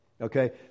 Okay